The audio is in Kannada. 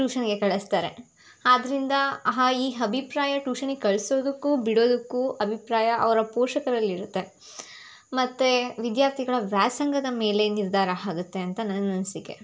ಟೂಷನ್ಗೆ ಕಳಿಸ್ತಾರೆ ಆದ್ದರಿಂದ ಈ ಅಭಿಪ್ರಾಯ ಟೂಷನ್ನಿಗೆ ಕಳ್ಸೋದಕ್ಕೂ ಬಿಡೋದಕ್ಕೂ ಅಭಿಪ್ರಾಯ ಅವರ ಪೋಷಕರಲ್ಲಿ ಇರುತ್ತೆ ಮತ್ತು ವಿದ್ಯಾರ್ಥಿಗಳ ವ್ಯಾಸಂಗದ ಮೇಲೆ ನಿರ್ಧಾರ ಆಗತ್ತೆ ಅಂತ ನನ್ನ ಅನಿಸಿಕೆ